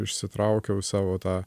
išsitraukiau savo tą